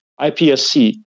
IPSC